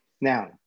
Now